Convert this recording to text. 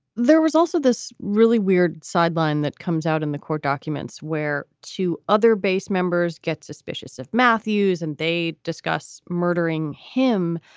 there was also this really weird sideline that comes out in the court documents where two other base members get suspicious if matthews and they discuss murdering him.